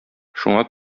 шуңа